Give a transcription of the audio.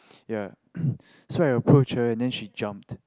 ya so I approached her and then she jumped